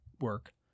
work